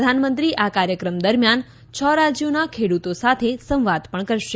પ્રધાનમંત્રી આ કાર્યક્રમ દરમ્યાન છ રાજ્યોના ખેડૂતો સાથે સંવાદ પણ કરશે